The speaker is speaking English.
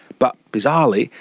but, bizarrely,